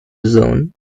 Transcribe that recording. zone